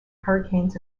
hurricanes